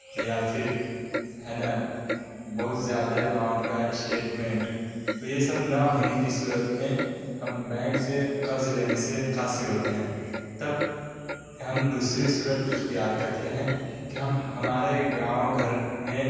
اور یا پھر ہے نا بہت زیادہ اماؤنٹ کا اسٹیٹمنٹ تو یہ سب نہ ہونے کی صورت میں ہم بینک سے قرض لینے سے قاصر ہوتے ہیں تب ہم دوسری صورت اختیار کرتے ہیں کہ ہم ہمارے گاؤں گھر میں